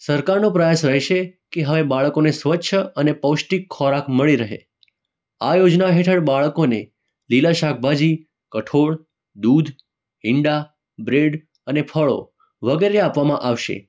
સરકારનો પ્રયાસ રહેશે કે હવે બાળકોને સ્વચ્છ અને પૌષ્ટિક ખોરાક મળી રહે આ યોજના હેઠળ બાળકોને લીલાં શાકભાજી કઠોળ દૂધ ઇંડા બ્રેડ અને ફળો વગેરે આપવામાં આવશે